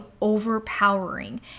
overpowering